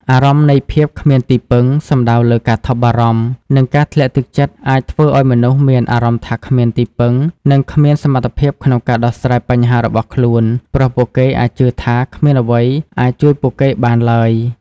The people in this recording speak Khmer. អារម្មណ៍នៃភាពគ្មានទីពឹង សំដៅលើការថប់បារម្ភ និងការធ្លាក់ទឹកចិត្តអាចធ្វើឱ្យមនុស្សមានអារម្មណ៍ថាគ្មានទីពឹង និងគ្មានសមត្ថភាពក្នុងការដោះស្រាយបញ្ហារបស់ខ្លួនព្រោះពួកគេអាចជឿថាគ្មានអ្វីអាចជួយពួកគេបានឡើយ។